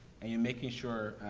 and you're making sure, ah,